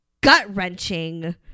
gut-wrenching